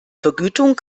vergütung